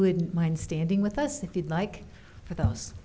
wouldn't mind standing with us if you'd like for those